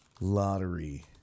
lottery